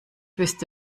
wüsste